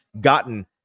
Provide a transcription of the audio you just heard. gotten